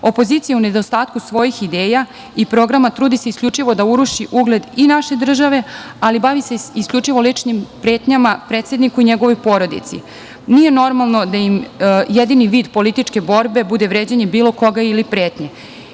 opozicija, u nedostatku svojih ideja i programa, trudi se isključivo da uruši ugled i naše države, ali bavi se isključivo ličnim pretnjama predsedniku i njegovoj porodici. Nije normalno da im jedini vid političke borbe bude vređanje bilo koga ili pretnje.